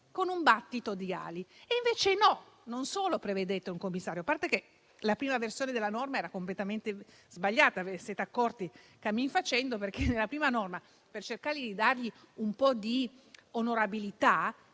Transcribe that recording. con un battito di ali. E invece no, prevedete un commissario. A parte che la prima versione della norma era completamente sbagliata e ve ne siete accorti cammin facendo, perché per cercare di dargli un po' di onorabilità